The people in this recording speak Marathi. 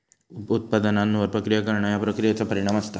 उप उत्पादनांवर प्रक्रिया करणा ह्या प्रक्रियेचा परिणाम असता